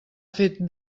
fet